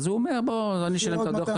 אומר: אני אשלם את הדוח,